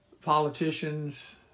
politicians